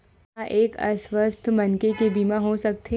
का एक अस्वस्थ मनखे के बीमा हो सकथे?